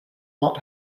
not